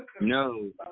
No